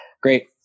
Great